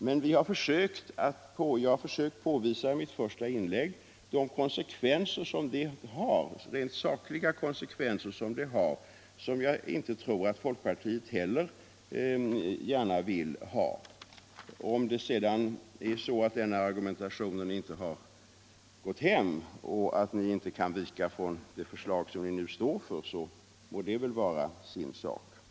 Men jag har i mitt första inlägg försökt påvisa de rent sakliga konsekvenser som den medfört och som jag inte tror att folkpartiet heller gärna vill ha. Om det sedan är så att den argumentationen inte har gått — Nr 149 hem och att ni inte kan vika från det förslag som ni nu står för, så må det väl vara en sak för sig.